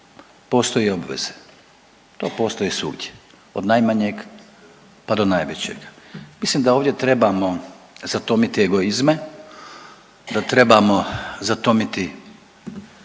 postoje i obveze, to postoji svugdje od najmanjeg pa do najvećeg. Mislim da ovdje trebamo zatomiti egoizme, da trebamo zatomiti